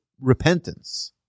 repentance